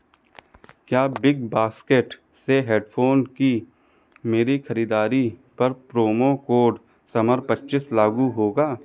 क्या Big Basket से headphone की मेरी खरीदारी पर प्रोमो कोड समर पच्चीस लागू होगा